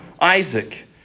Isaac